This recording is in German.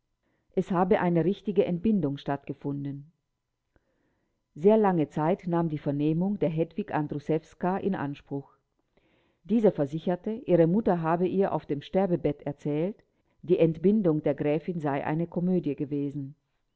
es habe eine richtige entbindung stattgefunden sehr lange zeit nahm die vernehmung der hedwig andruszewska in anspruch diese versicherte ihre mutter habe ihr auf dem sterbebett erzählt die entbindung der gräfin sei eine komödie gewesen